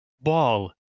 ball